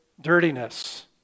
dirtiness